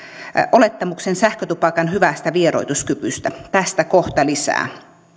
olettamuksen sähkötupakan hyvästä vieroituskyvystä tästä kohta lisää